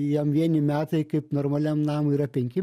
jam vieni metai kaip normaliam namui yra penki